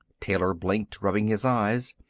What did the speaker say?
taylor blinked, rubbing his eyes.